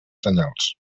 senyals